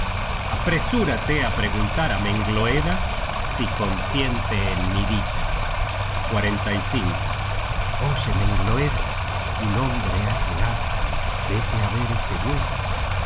apresúrate á preguntar á mengloeda si consiente en mi dicha oye mengloeda un hombre ha llegado vete á ver ese huésped